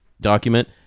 document